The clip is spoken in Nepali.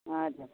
हजुर